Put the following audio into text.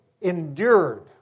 endured